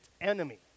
enemy